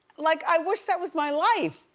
like i wish that was my life.